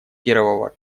первого